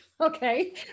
Okay